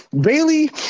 Bailey